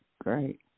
great